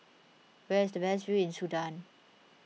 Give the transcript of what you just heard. where is the best view in Sudan